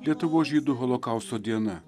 lietuvos žydų holokausto diena